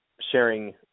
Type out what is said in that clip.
sharing